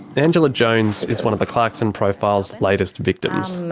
angela jones is one of the clarkson profile's latest victims.